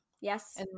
Yes